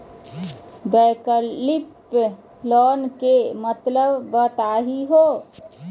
वैकल्पिक लोन के मतलब बताहु हो?